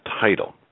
title